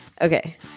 Okay